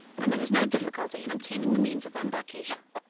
and there was no difficulty in obtaining the means of embarkation.